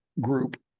group